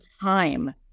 time